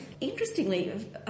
Interestingly